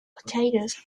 potatoes